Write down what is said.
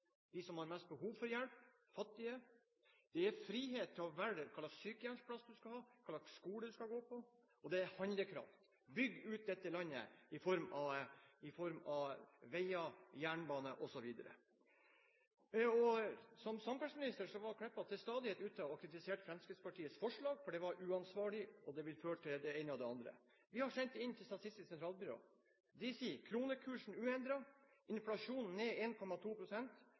dem som har mest behov for hjelp, for fattige, frihet til å velge hva slags sykehjemsplass du skal ha, hva slags skole du skal gå på, og handlekraft. Bygg ut dette landet, i form av veier, jernbane, osv.! Som samferdselsminister var Meltveit Kleppa til stadighet ute og kritiserte Fremskrittspartiets forslag – de var uansvarlige og ville føre til det ene og det andre. Vi har sendt dem inn til Statistisk sentralbyrå, som sier: uendret kronekurs, inflasjonen ned